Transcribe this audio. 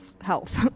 Health